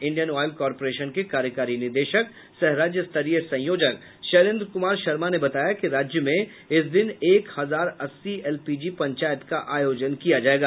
Indian Oil Corporation के कार्यकारी निदेशक सह राज्य स्तरीय संयोजक शैलेन्द्र कुमार शर्मा ने बताया कि राज्य में इस दिन एक हजार अस्सी एलपीजी पंचायत का आयोजन किया जायेगा